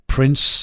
Prince